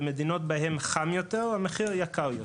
במדינות בהן חם יותר המחיר יקר בהשוואה.